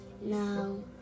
No